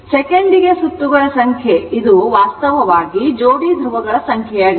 ಸೆಕೆಂಡಿಗೆ ಸುತ್ತುಗಳ ಸಂಖ್ಯೆ ವಾಸ್ತವವಾಗಿ ಅದು ಜೋಡಿ ಧ್ರುವಗಳ ಸಂಖ್ಯೆಯಾಗಿರುತ್ತದೆ